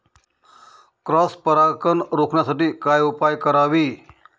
Cross परागकण रोखण्यासाठी काय उपाय करावे?